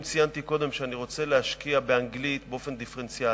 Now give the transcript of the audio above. אם ציינתי קודם שאני רוצה להשקיע באנגלית באופן דיפרנציאלי,